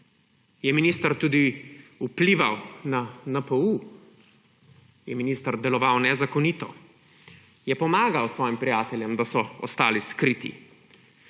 Je minister vplival tudi na NPU? Je minister deloval nezakonito? Je pomagal svojim prijateljem, da so ostali skriti?